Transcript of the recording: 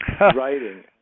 writing